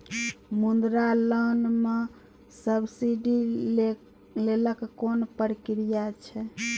मुद्रा लोन म सब्सिडी लेल कोन प्रक्रिया छै?